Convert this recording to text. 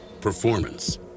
Performance